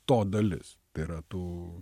to dalis tai yra tų